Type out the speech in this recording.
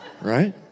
right